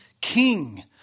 king